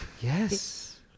Yes